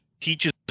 teaches